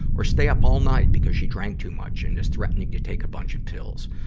or stay up all night because she drank too much and is threatening to take a bunch of pills.